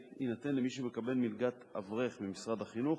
יינתן למי שמקבל מלגת אברך ממשרד החינוך.